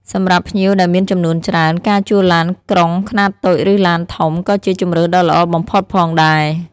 សម្រាប់ភ្ញៀវដែលមានចំនួនច្រើន ការជួលឡានក្រុងខ្នាតតូចឬឡានធំក៏ជាជម្រើសដ៏ល្អបំផុតផងដែរ។